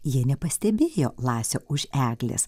jie nepastebėjo lasio už eglės